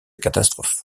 catastrophe